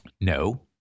No